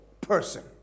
person